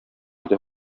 иде